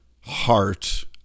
heart